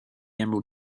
emerald